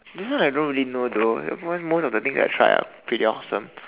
this one I don't really know though everyone most of the things that I tried are pretty awesome